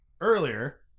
earlier